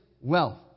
wealth